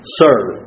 serve